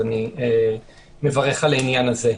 אז אני מברך על העניין הזה.